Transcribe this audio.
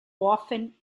often